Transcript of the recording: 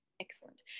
excellent